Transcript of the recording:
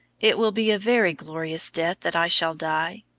it will be a very glorious death that i shall die.